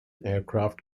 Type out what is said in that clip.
aircraft